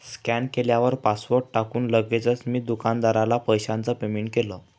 scan केल्यावर password टाकून लगेचच मी दुकानदाराला पैशाचं पेमेंट केलं